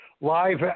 Live